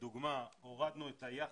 לדוגמה הורדנו את היחס,